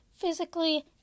physically